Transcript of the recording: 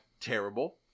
terrible